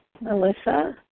Melissa